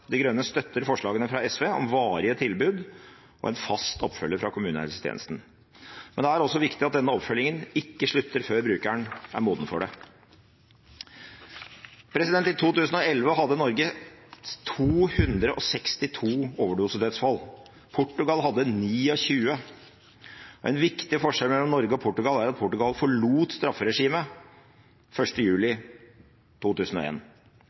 De Grønne støtter forslagene fra SV om varige tilbud og en fast oppfølger fra kommunehelsetjenesten. Men det er også viktig at denne oppfølgingen ikke slutter før brukeren er moden for det. I 2011 hadde Norge 262 overdosedødsfall. Portugal hadde 29. En viktig forskjell mellom Norge og Portugal er at Portugal forlot strafferegimet 1. juli